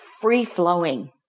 free-flowing